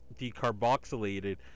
decarboxylated